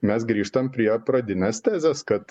mes grįžtam prie pradinės tezės kad